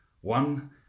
one